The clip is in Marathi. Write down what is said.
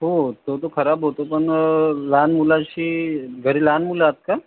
तो तो तर खराब होतो पण लहान मुलाशी घरी लहान मुलं आहेत का